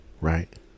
right